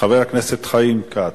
חבר הכנסת חיים כץ.